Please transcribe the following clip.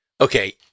okay